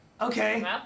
Okay